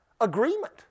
Agreement